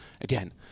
Again